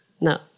No